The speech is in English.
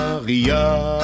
Maria